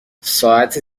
ساعت